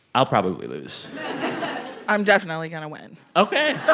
i'll probably lose i'm definitely going to win ok.